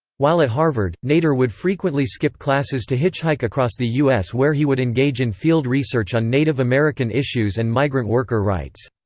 while at harvard, nader would frequently skip classes to hitchhike across the u s. where he would engage in field research on native american issues and migrant worker rights.